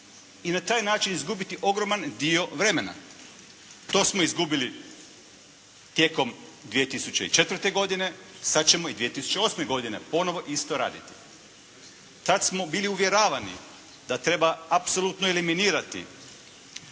i na taj način izgubiti ogroman dio vremena. To smo izgubili tijekom 2004. godine, sad ćemo i 2008. godine ponovo isto raditi. Tad smo bili uvjeravani da treba apsolutno eliminirati,